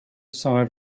side